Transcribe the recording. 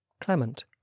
Clement